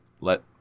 let